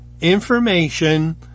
information